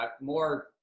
more